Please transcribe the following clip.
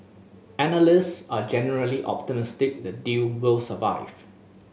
analyst are generally optimistic the deal will survive